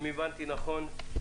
אם הבנתי נכון,